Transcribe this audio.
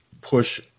push